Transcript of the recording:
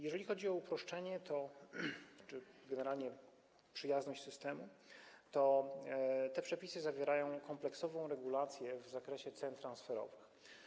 Jeżeli chodzi o uproszczenie czy generalnie o przyjazność systemu, to te przepisy zawierają kompleksową regulację w zakresie cen transferowych.